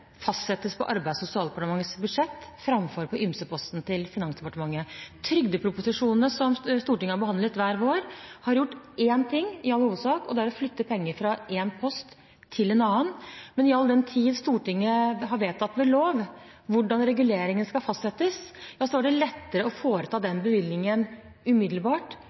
Finansdepartementet. Trygdeproposisjonene som Stortinget har behandlet hver vår, har gjort én ting i all hovedsak, og det er å flytte penger fra en post til en annen, men all den tid Stortinget har vedtatt ved lov hvordan reguleringer skal fastsettes, er det lettere å foreta den bevilgningen umiddelbart